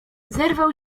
zerwał